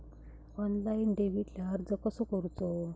Online डेबिटला अर्ज कसो करूचो?